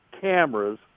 cameras